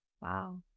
Wow